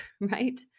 right